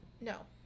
No